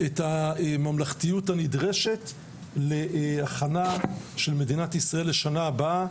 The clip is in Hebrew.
את הממלכתיות הנדרשת להכנה של מדינת ישראל לשנה הבאה,